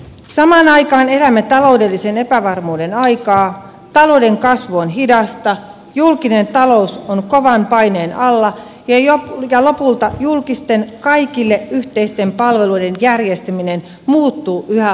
samaan aikaan elämme taloudellisen epävarmuuden aikaa talouden kasvu on hidasta julkinen talous on kovan paineen alla ja lopulta julkisten kaikille yhteisten palveluiden järjestäminen muuttuu yhä haastavammaksi kunnissa